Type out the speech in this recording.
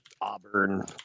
Auburn